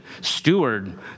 steward